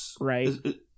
Right